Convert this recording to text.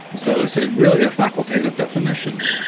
so is a really a facultative definition.